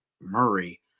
Murray